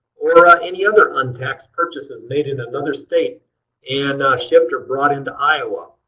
or or any other untaxed purchases made in another state and shipped or brought into iowa.